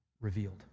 revealed